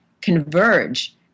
converge